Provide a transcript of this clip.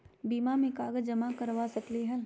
बीमा में कागज जमाकर करवा सकलीहल?